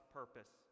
purpose